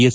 S